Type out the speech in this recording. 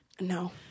No